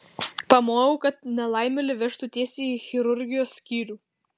pamojau kad nelaimėlį vežtų tiesiai į chirurgijos skyrių